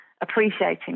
appreciating